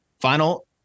Final